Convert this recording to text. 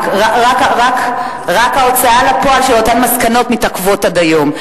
רק ההוצאה לפועל של אותן מסקנות מתעכבת עד היום.